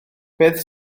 beth